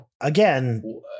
Again